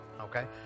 okay